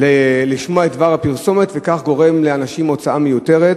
לשמוע את דבר הפרסומת וכך נגרמת לאנשים הוצאה מיותרת.